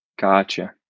Gotcha